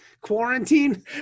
quarantine